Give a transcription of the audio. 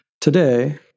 Today